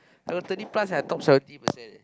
I got thirty plus I top seventy percent eh